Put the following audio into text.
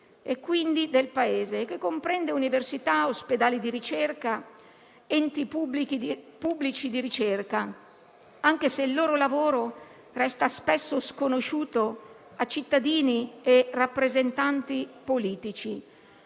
quindi del Paese, e che comprende università, ospedali di ricerca ed enti pubblici di ricerca, anche se il loro lavoro resta spesso sconosciuto a cittadini e rappresentanti politici.